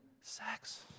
sex